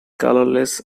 colourless